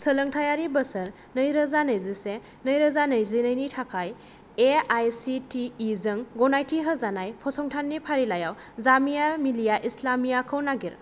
सोलोंथायारि बोसोर नैरोजा नैजिसे नैरोजा नैजिनैनि थाखाय A I C T E जों गनायथि होजानाय फसंथाननि फारिलाइआव जामिया मिलिया इस्लामियाखौ नागिर